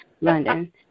London